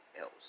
else